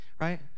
right